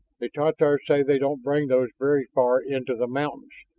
the tatars say they don't bring those very far into the mountains,